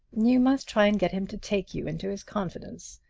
you must try and get him to take you into his confidence.